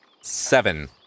seven